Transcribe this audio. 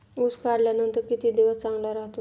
ऊस काढल्यानंतर किती दिवस चांगला राहतो?